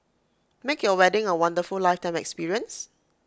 make your wedding A wonderful lifetime experience